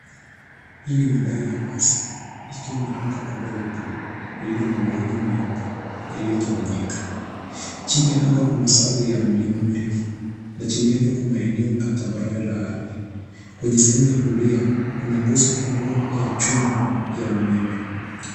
Hii ni mandhari ya wazi ikiwa na anga kubwa la blue , lililo na mawingu meupe iliyotawanyika. Chini ya anga kuna safu ya mlima mirefu, na chini yake kuna eneo la tambarare la ardhi. Kwenye sehemu ya kulia, kuna nguzo kubwa ya chuma ya umeme.